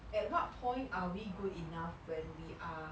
at what point are we good enough when we are